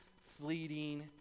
fleeting